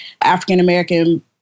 African-American